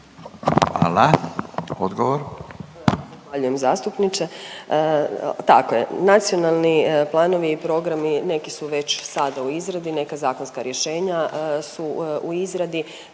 (HDZ)** Zahvaljujem zastupniče. Tako je. Nacionalni planovi i programi neki su već sada u izradi, neka zakonska rješenja su u izradi,